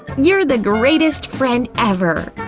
you're the greatest friend ever!